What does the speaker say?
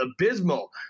abysmal